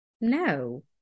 no